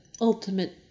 ultimate